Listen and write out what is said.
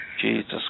Jesus